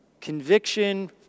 conviction